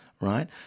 right